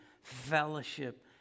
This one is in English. fellowship